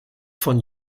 von